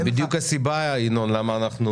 זו בדיוק הסיבה שבגינה נקים את ועדת המשנה האמורה,